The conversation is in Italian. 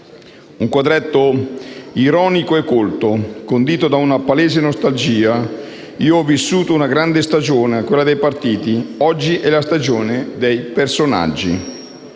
Un quadretto ironico e colto, condito da una palese nostalgia: «Io ho vissuto una grande stagione, quella dei partiti: oggi è la stagione dei personaggi».